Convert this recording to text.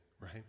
right